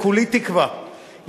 כולי תקווה,